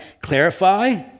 Clarify